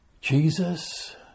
Jesus